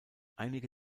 einige